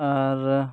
ᱟᱻᱨ